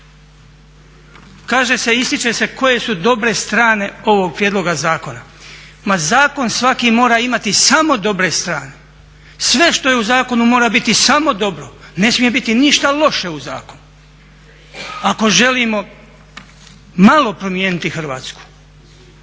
Kaže se, ističe se koje su dobre strane ovog prijedloga zakona. Ma zakon svaki mora imati samo dobre strane. Sve što je u zakonu mora biti samo dobro, ne smije biti ništa loše u zakonu. Ako želimo malo promijeniti Hrvatsku,